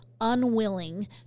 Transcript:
unwilling